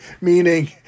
Meaning